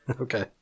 Okay